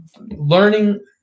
learning